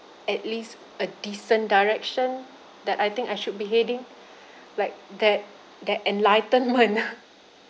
at least a decent direction that I think I should be heading like that that enlightenment